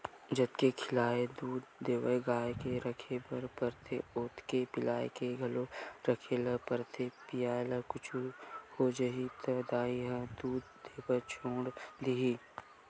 जतके खियाल दूद देवत गाय के राखे बर परथे ओतके पिला के घलोक राखे ल परथे पिला ल कुछु हो जाही त दाई ह दूद देबर छोड़ा देथे